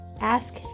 ask